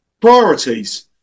Priorities